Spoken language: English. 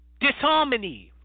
Disharmony